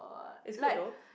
it's good though